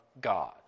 God